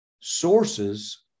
sources